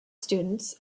students